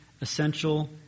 essential